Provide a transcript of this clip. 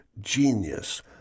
genius